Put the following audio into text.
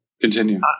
Continue